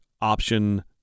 option